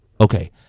Okay